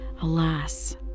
alas